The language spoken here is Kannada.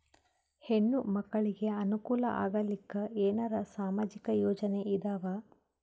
ಹೆಣ್ಣು ಮಕ್ಕಳಿಗೆ ಅನುಕೂಲ ಆಗಲಿಕ್ಕ ಏನರ ಸಾಮಾಜಿಕ ಯೋಜನೆ ಇದಾವ?